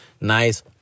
nice